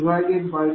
2642400